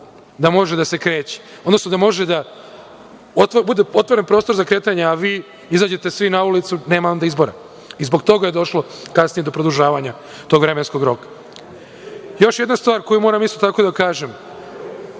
da može da se kreće, odnosno da može da bude otvoren prostor za kretanje, a vi izađete svi na ulicu, nema onda izbora. Zbog toga je došlo kasnije do produžavanja tog vremenskog roka. Još jedna stvar koju moram isto tako da kažem